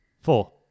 Four